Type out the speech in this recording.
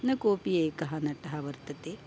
न कोपि एकः नटः वर्तते